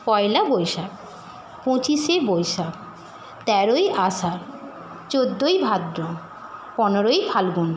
পয়লা বৈশাখ পঁচিশে বৈশাখ তেরোই আষাঢ় চৌদ্দোই ভাদ্র পনেরোই ফাল্গুন